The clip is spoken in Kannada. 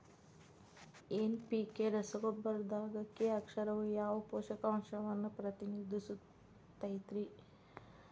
ಎನ್.ಪಿ.ಕೆ ರಸಗೊಬ್ಬರದಾಗ ಕೆ ಅಕ್ಷರವು ಯಾವ ಪೋಷಕಾಂಶವನ್ನ ಪ್ರತಿನಿಧಿಸುತೈತ್ರಿ?